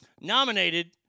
Nominated